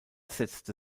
setzte